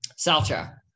Salcha